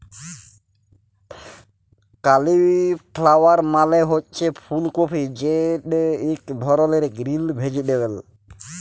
cauliflower মালে হছে ফুল কফি যেট ইক ধরলের গ্রিল ভেজিটেবল